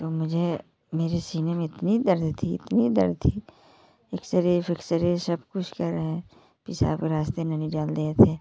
तो मुझे मेरे सीने में इतनी दर्द थी इतनी दर्द थी एक्स रे फिक्स रे सब कुछ कराए पेशाब रास्ते में नली डाल दिए थे